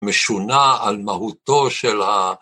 משונה על מהותו של ה...